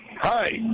Hi